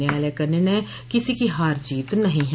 न्यायालय का निर्णय किसी की हार जीत नहीं है